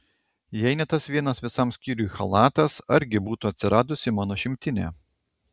jei ne tas vienas visam skyriui chalatas argi būtų atsiradusi mano šimtinė